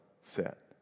set